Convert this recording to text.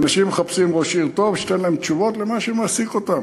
אנשים מחפשים ראש עיר טוב שייתן להם תשובות למה שמעסיק אותם.